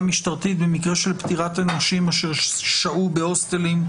משטרתית במקרה של פטירת אנשים אשר שהו בהוסטלים,